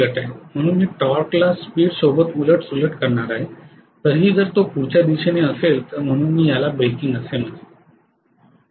म्हणून मी टॉर्क ला स्पीड सोबत उलटसुलट करणार आहे तरीही जर तो पुढच्या दिशेने असेल तर म्हणून मी याला ब्रेकिंग असे म्हणेन